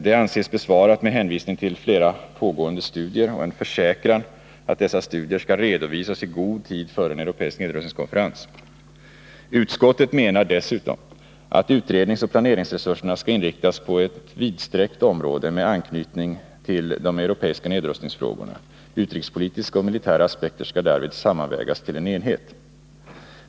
Det anses besvarat med hänvisning till flera pågående studier och en försäkran att dessa studier skall redovisas i god tid före en europeisk nedrustningskonferens. Utskottet menar dessutom att utredningsoch planeringsresurserna skall inriktas på ett vidsträckt område med anknytning till de europeiska nedrustningsfrågorna. Utrikespolitiska och militära aspekter skall därvid sammanvägas till en enhet.